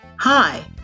Hi